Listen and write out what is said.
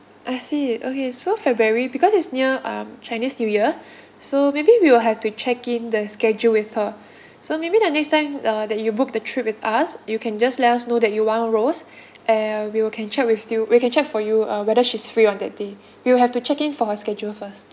I see okay so february because is near um chinese new year so maybe we will have to check in the schedule with her so maybe the next time uh that you book the trip with us you can just let us know that you want rose and we will can check with you we can check for you uh whether she's free on that day we'll have to check in for her schedule first